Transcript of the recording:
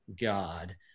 God